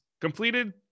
completed